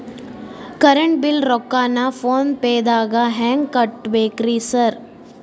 Current bill ರೊಕ್ಕಾನ phone ಪೇದಾಗ ಹೆಂಗ್ ಕಟ್ಟಬೇಕ್ರಿ ಸರ್?